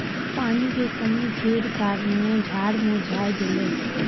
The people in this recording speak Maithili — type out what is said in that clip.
पानी के कमी केर कारणेँ झाड़ मुरझा गेलै